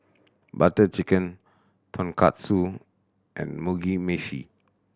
Butter Chicken Tonkatsu and Mugi Meshi